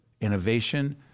Innovation